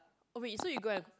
we so you got have